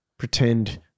Pretend